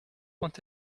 quand